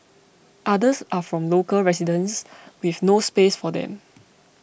others are from local residents with no space for them